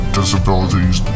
disabilities